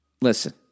Listen